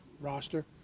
roster